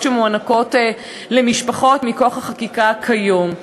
שמוענקות למשפחות מכוח החקיקה כיום.